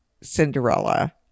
Cinderella